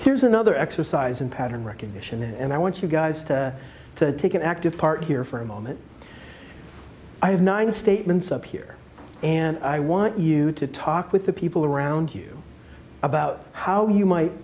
here's another exercise in pattern recognition and i want you guys to take an active part here for a moment i have nine statements up here and i want you to talk with the people around you about how you might